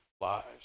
lives